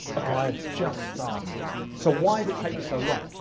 ah kind of just started. so why did it take you so long?